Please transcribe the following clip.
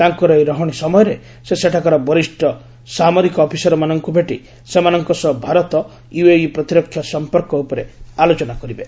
ତାଙ୍କର ଏହି ରହଣି ସମୟରେ ସେ ସେଠାକାର ବରିଷ୍ଣ ସାମରିକ ଅଫିସରମାନଙ୍କୁ ଭେଟି ସେମାନଙ୍କ ସହ ଭାରତ ୟୁଏଇ ପ୍ରତିରକ୍ଷା ସମ୍ପର୍କ ଉପରେ ଆଲୋଚନା କରିବେ